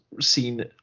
seen